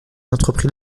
entreprit